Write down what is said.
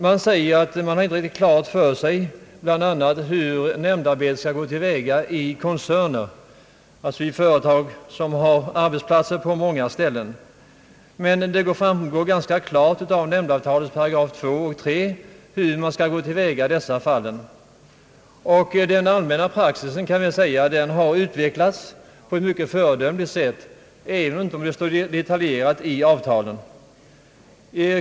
Man säger bl.a. att man inte har riktigt klart för sig hur nämndarbetet skall gå till väga i koncerner, alltså i företag med arbetsplatser på många orter. Men det framgår ganska klart av nämndavtalet § 2 och 8 3 hur man skall arbeta i sådana fall. Praxis har utvecklats på ett mycket föredömligt sätt, kan jag säga, även om det inte finns detaljerade föreskrifter i avtalet.